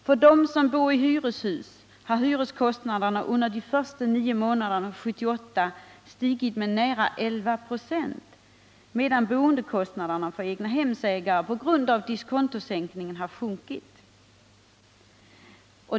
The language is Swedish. För dem som bor i hyreshus har hyreskostnaderna under de första nio månaderna 1978 stigit med nära 11 926, medan boendekostnaderna för egnahemsägare på grund av diskontosänkningen har sjunkit.